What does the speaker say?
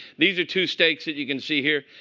these are two steaks that you can see here.